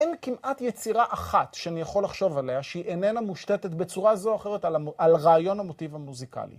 אין כמעט יצירה אחת שאני יכול לחשוב עליה שהיא איננה מושתתת בצורה זו או אחרת על רעיון המוטיב המוזיקלי.